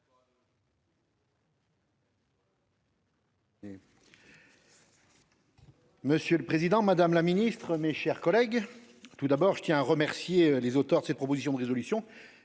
Monsieur le président, madame la ministre, mes chers collègues, je tiens tout d'abord à remercier les auteurs de cette proposition de résolution,